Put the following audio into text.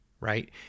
right